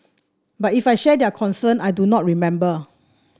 but if I shared their concern I do not remember